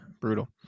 Brutal